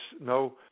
no